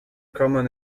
common